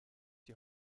die